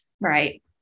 right